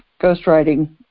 ghostwriting